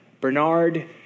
Bernard